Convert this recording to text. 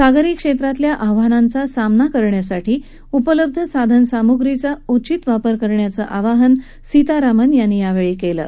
सागरी क्षम्रतिल्या आव्हानांचा सामना करण्यासाठी उपलब्ध साधनसामुग्रीचा उचित वापर करण्याचं आवाहन सीतारामन् यांनी यावळी कलि